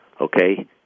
okay